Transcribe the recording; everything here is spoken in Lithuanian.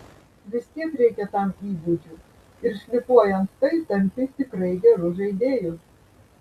vistiek reikia tam įgūdžių ir šlifuojant tai tampi tikrai geru žaidėju